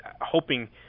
hoping